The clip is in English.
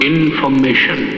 Information